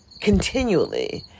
continually